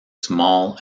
small